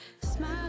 Smile